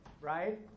right